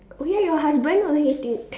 oh ya your husband he hate it